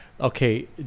okay